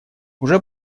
уже